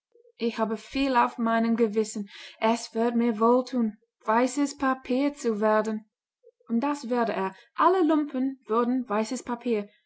ich habe viel auf meinem gewissen es wird mir wohl thun weißes papier zu werden und das wurde er alle lumpen wurden weißes papier